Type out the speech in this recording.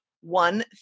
one